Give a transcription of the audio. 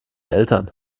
eltern